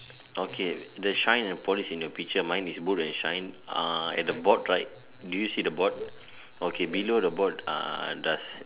okay the shine and polish in your picture mine is boot and shine ah and the board right do you see the board okay below the board ah does